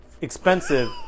expensive